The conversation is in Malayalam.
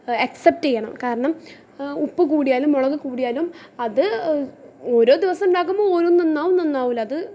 ആക്സെപ്റ്റ് ചെയ്യണം കാരണം ഉപ്പ് കൂടിയാലും മുളക് കൂടിയാലും അത് ഓരോ ദിവസം ഉണ്ടാക്കുമ്പോൾ ഓരോന്ന് നന്നാവും നന്നാവൂല്ലത്